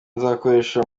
nzakoresha